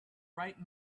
bright